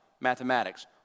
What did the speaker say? mathematics